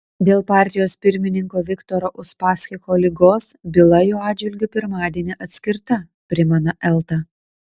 dėl partijos pirmininko viktoro uspaskicho ligos byla jo atžvilgiu pirmadienį atskirta primena elta